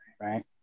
Right